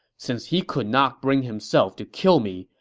since he could not bring himself to kill me,